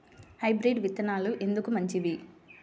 Hybrid విత్తనాలు ఎందుకు మంచివి?